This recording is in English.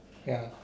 ya